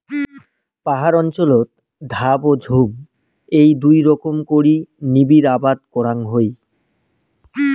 পাহাড় অঞ্চলত ধাপ ও ঝুম এ্যাই দুই রকম করি নিবিড় আবাদ করাং হই